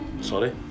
Sorry